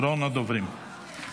אחרון הדוברים.